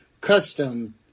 Custom